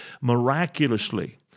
miraculously